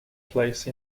place